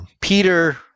Peter